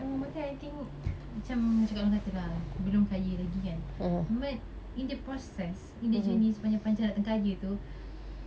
and one more thing I think macam macam kak long kata lah belum kaya lagi kan but in the process in the journey sepanjang-panjang nak jadi kaya tu